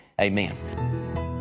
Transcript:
amen